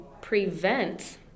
prevent